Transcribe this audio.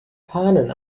fahnen